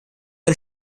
uns